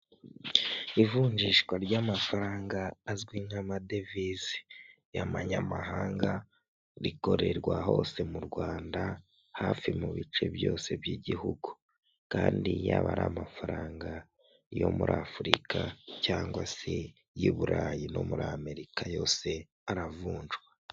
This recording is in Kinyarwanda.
Ivunjishwa ry'amafaranga azwi nk'amadevize y'amanyamahanga rikorerwa hose mu rwanda hafi mu bice byose by'igihugu kandi yaba ari amafaranga yo muri afurika cyangwa se ay'i burayi no muri amerika yose aravunjwa.